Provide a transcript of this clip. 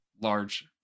large